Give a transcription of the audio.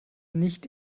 nicht